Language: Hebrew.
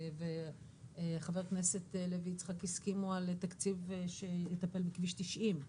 וחבר הכנסת יצחק הלוי הסכימו על תקציב שיטפל בכביש 90,